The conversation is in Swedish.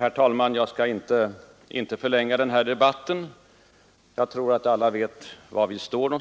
Herr talman! Jag skall inte förlänga debatten. Jag tror att alla vet var vi står.